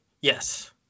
Yes